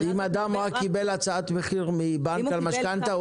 אם אדם רק קיבל הצעת מחיר מבנק על משכנתה,